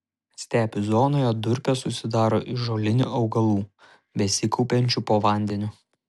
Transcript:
stepių zonoje durpės susidaro iš žolinių augalų besikaupiančių po vandeniu